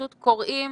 פשוט קוראים